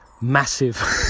massive